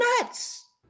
nuts